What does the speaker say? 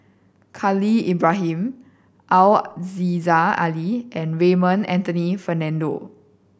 Khalil Ibrahim Aziza Ali and Raymond Anthony Fernando